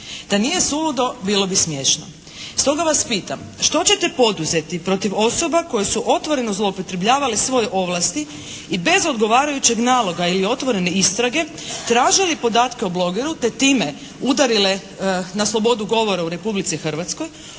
Da nije suludo bilo bi smiješno! Stoga vas pitam što ćete poduzeti protiv osoba koje su otvoreno zloupotrebljavale svoje ovlasti i bez odgovarajućeg naloga ili otvorene istrage tražili podatke o blogeru te time udarile na slobodu govora u Republici Hrvatskoj,